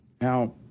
Now